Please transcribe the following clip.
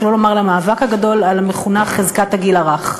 שלא לומר למאבק הגדול על המכונה "חזקת הגיל הרך".